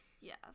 Yes